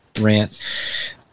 rant